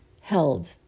held